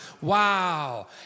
Wow